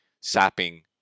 sapping